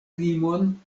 limon